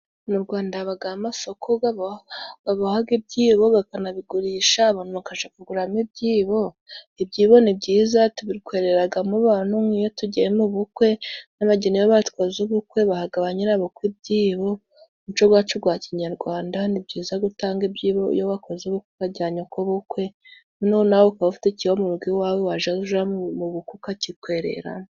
Mu Rwanda habagamo amasoko, babohaga ibyibo, bakanabigurisha. Abantu bakaja kuguramo ibyibo. Ibyibo ni byiza, tubitwereragamo abantu, nkiyo tugiye mu bukwe. N'abageni iyo bakoze ubukwe, bahaga ba nyirabukwe ibyibo. Umuco gwacu gwa kinyarwanda ni byiza gutanga ibyibo iyo wakoze ubukwe, ukagiha nyokobukwe. Noneho nawe ukabufite, icyo murugo iwawe wajaja, uraja mukwe, ukagikwereramo.